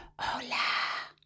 hola